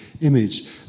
image